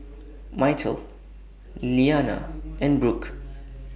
Myrtle Lilyana and Brooke